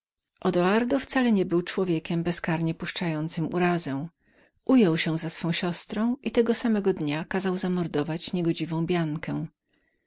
odoardo wcale niebył człowiekiem bezkarnie puszczającym urazę ujął się strony swej siostry i tego samego dnia kazał zamordować niegodziwą biankę